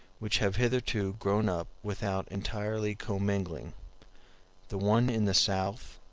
which have hitherto grown up without entirely commingling the one in the south,